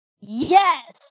Yes